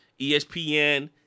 ESPN